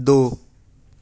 دو